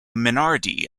minardi